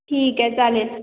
ठीक आहे चालेल